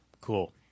Cool